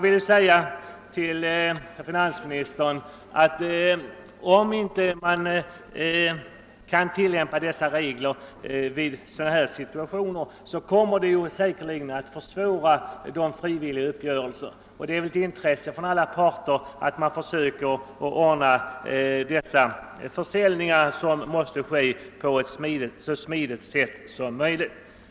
Om undantagsbestämmelsen inte kan tillämpas i situationer som de aktuella kommer de frivilliga uppgörelserna säkerligen att försvåras. Det torde vara ett intresse från alla parter att försöka ordna de försäljningar som måste ske på ett så smidigt sätt som möjligt.